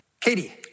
Katie